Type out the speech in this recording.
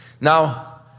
Now